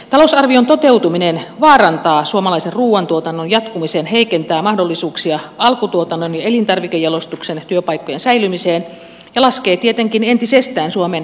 talousarvion toteutuminen vaarantaa suomalaisen ruuantuotannon jatkumisen heikentää mahdollisuuksia alkutuotannon ja elintarvikejalostuksen työpaikkojen säilymiseen ja laskee tietenkin entisestään suomen ruokaomavaraisuutta